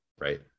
right